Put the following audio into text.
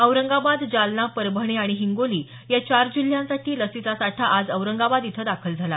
औरंगाबाद जालना परभणी आणि हिंगोली या चार जिल्ह्यांसाठी लसीचा साठा आज औरंगाबाद इथं दाखल झाला